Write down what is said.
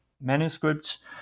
manuscripts